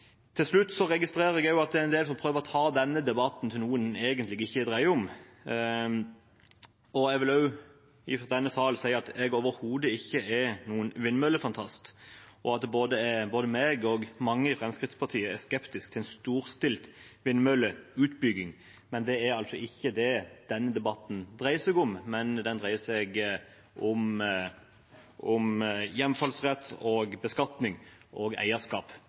Til slutt: Jeg registrerer at det er en del som prøver å ta denne debatten til noe den egentlig ikke dreier seg om. Jeg vil også fra denne sal si at jeg overhodet ikke er noen vindmøllefantast, og at både jeg og mange andre i Fremskrittspartiet er skeptiske til storstilt vindmølleutbygging. Men det er altså ikke det denne debatten dreier seg om, den dreier seg om hjemfallsrett, beskatning og eierskap